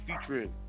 featuring